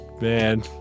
man